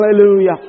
Hallelujah